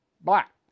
black